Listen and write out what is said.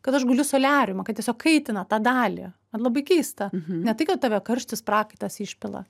kad aš guliu soliariume kad tiesiog kaitina tą dalį man labai keista ne tai kad tave karštis prakaitas išpila